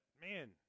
Man